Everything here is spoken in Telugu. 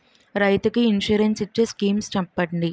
రైతులు కి ఇన్సురెన్స్ ఇచ్చే స్కీమ్స్ చెప్పండి?